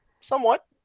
Somewhat